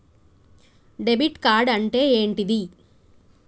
Debit card అంటే ఏంటిది?